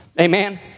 Amen